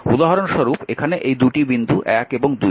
উদাহরণস্বরূপ এখানে এই দুটি বিন্দু 1 এবং 2